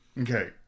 Okay